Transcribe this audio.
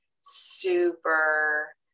super